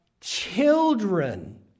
children